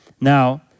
Now